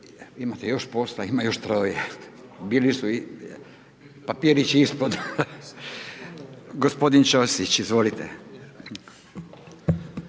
imate još posla, ima još troje, bili su, papirići ispod. Gospodin Ćosić, izvolite.